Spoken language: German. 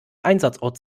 einsatzort